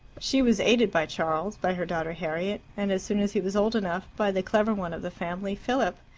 she was aided by charles, by her daughter harriet, and, as soon as he was old enough, by the clever one of the family philip.